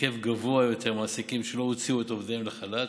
בהיקף גבוה יותר מעסיקים שלא הוציאו את עובדיהם לחל"ת,